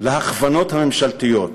להכוונות הממשלתיות.